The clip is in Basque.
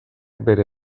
bere